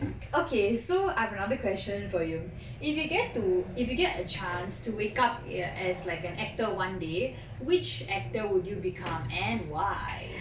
okay I have another question for you if you get to if you get a chance to wake up as like an actor one day which actor would you become and why